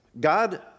God